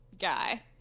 guy